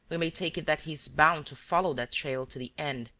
we may take it that he is bound to follow that trail to the end.